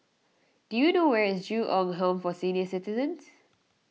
do you know where is Ju Eng Home for Senior Citizens